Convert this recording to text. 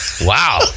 Wow